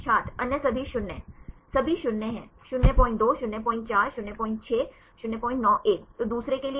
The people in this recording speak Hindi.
छात्र अन्य सभी 0 सभी 0 हैं 02 04 06 091 तो दूसरे के लिए